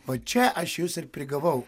va čia aš jus ir prigavau